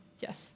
Yes